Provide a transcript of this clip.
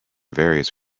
various